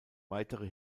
weitere